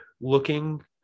looking